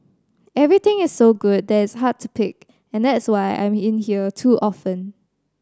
everything is so good that it's hard to pick and that's why I'm in here too often